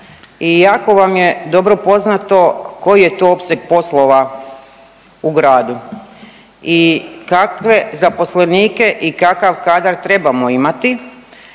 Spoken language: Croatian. i jako vam je dobro poznato koji je to opseg poslova u gradu i kakve zaposlenike i kakav kadar trebamo imati